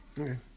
okay